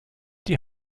die